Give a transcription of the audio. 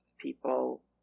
people